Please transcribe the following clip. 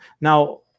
now